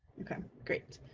okay, great,